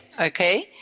okay